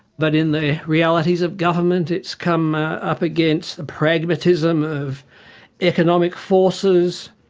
but in the realities of government it's come up against the pragmatism of economic forces,